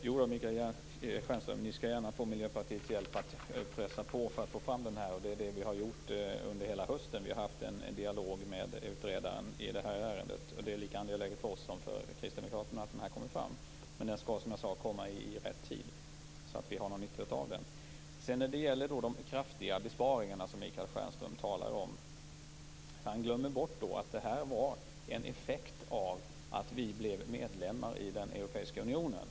Herr talman! Jo, Michael Stjernström, ni skall gärna få Miljöpartiets hjälp att pressa på för att få fram den här utredningen i detta ärende. Vi har pressat på under hösten och haft en dialog med utredaren. Detta är lika angeläget för oss som för Kristdemokraterna att denna utredning kommer fram. Men den skall, som jag sade, komma i rätt tid, så att vi har någon nytta av den. När Michael Stjernström talar om de kraftiga besparingarna glömmer han bort att de var en effekt av att Sverige blev medlem i den europeiska unionen.